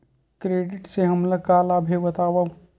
Credit से हमला का लाभ हे बतावव?